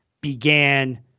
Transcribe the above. began